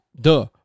Duh